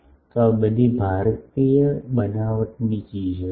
તો આ બધી ભારતીય બનાવટની ચીજો છે